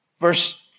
Verse